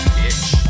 bitch